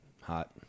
hot